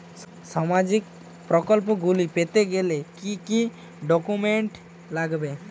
সামাজিক প্রকল্পগুলি পেতে গেলে কি কি ডকুমেন্টস লাগবে?